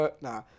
Nah